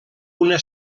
una